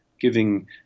giving